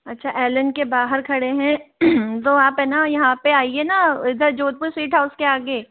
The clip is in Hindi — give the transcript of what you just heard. अच्छा ऐल एन के बाहर खड़े हैं वो आप है न यहाँ पर आईये ना इधर जोधपुर स्वीट हाउस के आगे